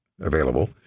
available